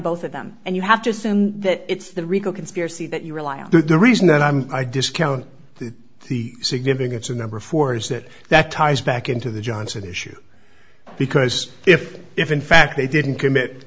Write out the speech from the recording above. both of them and you have to assume that it's the rico conspiracy that you rely on the reason that i'm i discount to the significance a number four's that that ties back into the johnson issue because if if in fact they didn't commit